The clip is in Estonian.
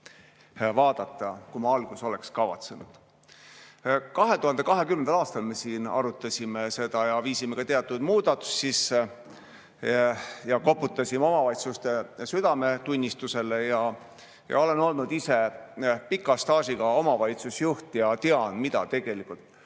vaadata, kui ma alguses kavatsesin.2020. aastal me siin arutasime seda ja viisime ka teatud muudatusi sisse. Koputasime omavalitsuste südametunnistusele. Olen olnud ise pika staažiga omavalitsusjuht ja tean, mida tegelikult